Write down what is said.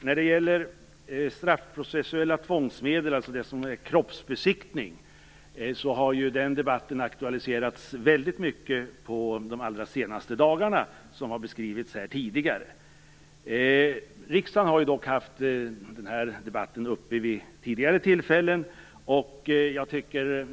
När det gäller straffprocessuella tvångsmedel, t.ex. kroppsbesiktning, har den debatten aktualiserats väldigt mycket de allra senaste dagarna, som har beskrivits här tidigare. Riksdagen har fört denna debatt vid tidigare tillfällen.